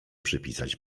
przypisać